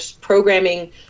programming